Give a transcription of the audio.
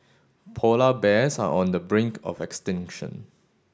polar bears are on the brink of extinction